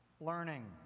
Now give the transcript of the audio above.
learning